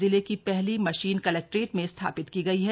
जिले की पहली मशीन कलेक्ट्रेट में स्थापित की गयी है